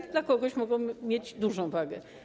One dla kogoś mogą mieć dużą wagę.